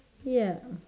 ya